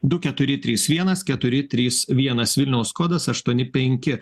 du keturi trys vienas keturi trys vienas vilniaus kodas aštuoni penki